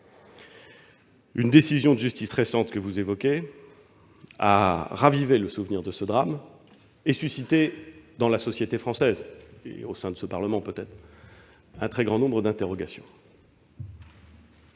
Une décision de justice récente que vous avez évoquée a ravivé le souvenir de ce drame et suscité dans la société française, et au sein du Parlement peut-être, un très grand nombre d'interrogations.